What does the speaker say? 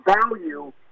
value